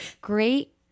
great